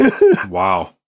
wow